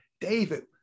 David